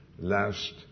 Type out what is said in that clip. last